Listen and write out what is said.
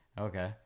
Okay